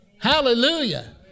Hallelujah